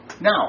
now